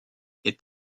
est